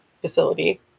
facility